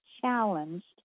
challenged